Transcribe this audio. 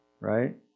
right